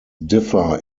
differ